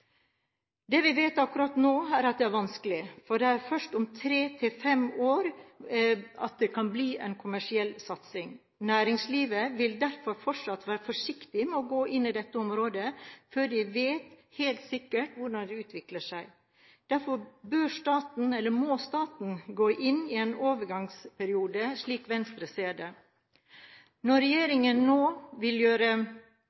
Det vi vet akkurat nå, er at det er vanskelig, for det er først om tre til fem år at det kan bli en kommersiell satsing. Næringslivet vil derfor fortsatt være forsiktig med å gå inn i dette området før de vet helt sikkert hvordan det utvikler seg. Derfor må staten gå inn i en overgangsperiode, slik Venstre ser det. Når